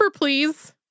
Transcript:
please